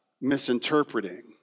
misinterpreting